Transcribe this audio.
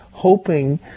hoping